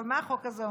מה החוק הזה אומר?